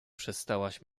przestałaś